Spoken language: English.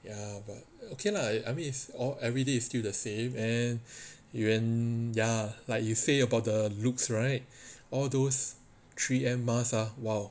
ya but okay lah I mean is all everyday is still the same and ugh ya like you say about the looks right all those three M masks ah !wow!